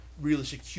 realistic